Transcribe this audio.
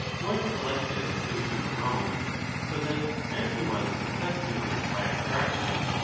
was elected a citizen of rome so that, as he was a tusculan by extraction,